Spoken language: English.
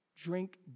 Drink